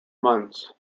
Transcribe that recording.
months